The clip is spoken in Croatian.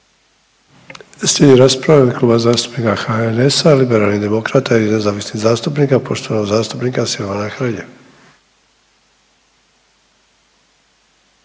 Slijedi rasprava u ime Kluba zastupnika HNS-a -liberalnih demokrata i nezavisnih zastupnika, poštovanog zastupnika Silvana Hrelje.